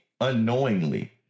unknowingly